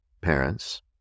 parents